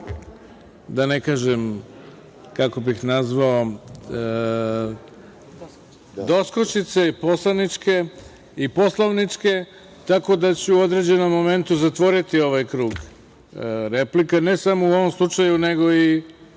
da ne kažem, doskočice poslaničke i poslovničke, tako da ću u određenom momentu zatvoriti ovaj krug replika, ne samo u ovom slučaju, nego i